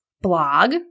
blog